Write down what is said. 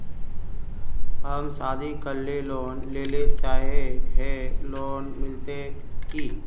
हम शादी करले लोन लेले चाहे है लोन मिलते की?